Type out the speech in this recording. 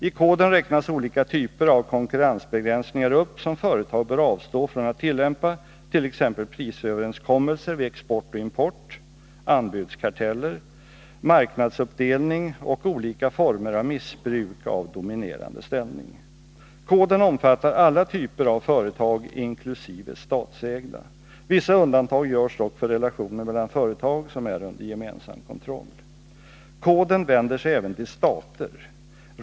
I koden räknas olika typer av konkurrensbegränsningar upp som företag bör avstå från att tillämpa, t.ex. prisöverenskommelser vid export och import, anbudskarteller, marknadsuppdelning och olika former av missbruk av dominerande ställning. Koden omfattar alla typer av företag inklusive statsägda. Vissa undantag görs dock för relationer mellan företag som är under gemensam kontroll. Koden vänder sig även till stater.